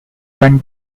gun